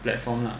platform lah